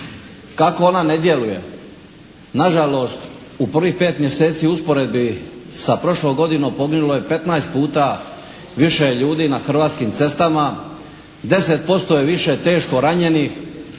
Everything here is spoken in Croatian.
kako ona ne djeluje. Na žalost u prvih 5 mjeseci u usporedbi sa prošlom godinu poginulo je 15 puta više ljudi na hrvatskim cestama, 10% je više teško ranjenih,